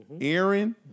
Aaron